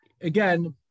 again